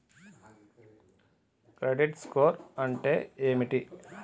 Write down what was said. Credit score అంటే ఏమిటి?